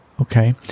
okay